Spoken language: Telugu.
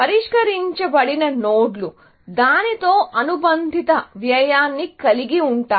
పరిష్కరించబడిన నోడ్లు దానితో అనుబంధిత వ్యయాన్ని కలిగి ఉంటాయి